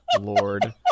lord